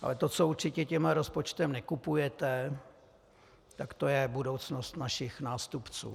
Ale to, co určitě tímto rozpočtem nekupujete, to je budoucnost našich nástupců.